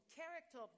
character